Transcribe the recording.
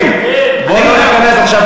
בוא לא ניכנס עכשיו,